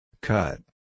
Cut